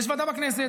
יש ועדה בכנסת,